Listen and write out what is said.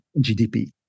GDP